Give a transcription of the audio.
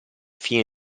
fine